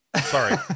sorry